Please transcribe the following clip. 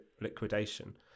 liquidation